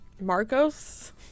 Marcos